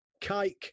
kike